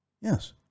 Yes